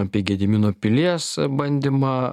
apie gedimino pilies bandymą